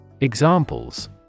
Examples